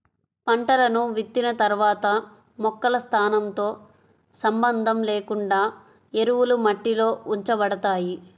పంటలను విత్తిన తర్వాత మొక్కల స్థానంతో సంబంధం లేకుండా ఎరువులు మట్టిలో ఉంచబడతాయి